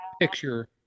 picture